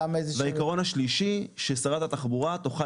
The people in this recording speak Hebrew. והעיקרון השלישי ששרת התחבורה תוכל